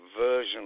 version